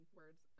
words